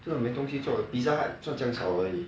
真的没东西做 Pizza Hut 赚这样少而已